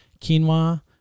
quinoa